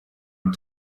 and